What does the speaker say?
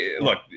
look